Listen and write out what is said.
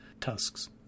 tusks